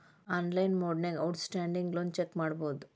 online ಮೊಡ್ನ್ಯಾಗ outstanding loan check ಮಾಡಬೋದು